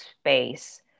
space